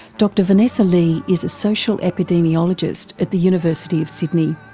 dr vanessa lee is a social epidemiologist at the university of sydney.